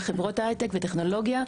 וחברות ההייטק וטכנולוגיה,